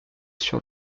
sur